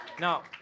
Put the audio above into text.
Now